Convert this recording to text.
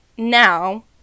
now